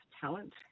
talent